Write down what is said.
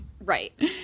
Right